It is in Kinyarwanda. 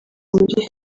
muri